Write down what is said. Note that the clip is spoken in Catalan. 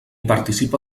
participa